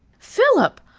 philip.